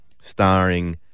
starring